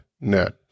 net